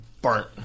burnt